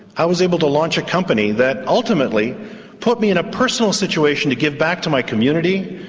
i was able to launch a company that ultimately put me in a personal situation to give back to my community,